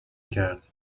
کرد